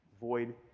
void